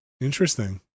Interesting